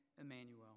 Emmanuel